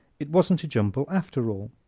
it wasn't a jumble after all.